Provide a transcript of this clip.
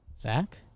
Zach